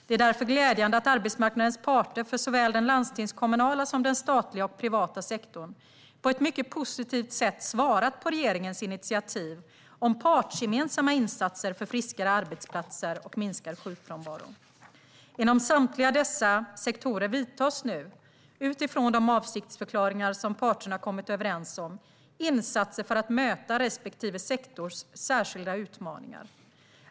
Det är därför glädjande att arbetsmarknadens parter för såväl den landstingskommunala som den statliga och privata sektorn på ett mycket positivt sätt svarat på regeringens initiativ om partsgemensamma insatser för friskare arbetsplatser och minskad sjukfrånvaro. Inom samtliga dessa sektorer vidtas nu, utifrån de avsiktsförklaringar som parterna kommit överens om, insatser för att möta respektive sektors särskilda utmaningar.